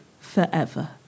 forever